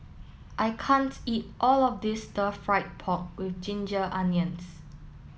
I can't eat all of this Stir Fried Pork with Ginger Onions